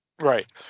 Right